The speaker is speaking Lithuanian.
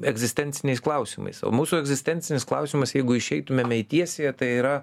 egzistenciniais klausimais o mūsų egzistencinis klausimas jeigu išeitumėme į tiesiąją tai yra